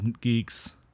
geeks